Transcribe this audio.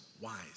Wise